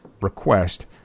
request